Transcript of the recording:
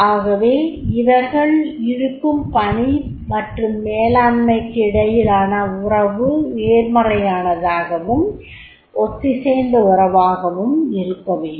ஆகவே இவர்கள் இருக்கும் பணி மற்றும் மேலாண்மைக்கும் இடையிலான உறவு நேர்மறையானதாகவும் ஒத்திசைந்த உறவாகவும் இருக்க வேண்டும்